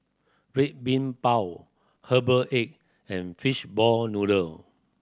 Red Bean Bao herbal egg and fishball noodle